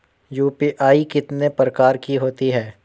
UPI कितने प्रकार की होती हैं?